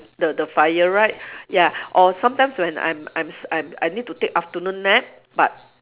the the fire right ya or sometimes when I'm I'm I'm I need to take afternoon nap but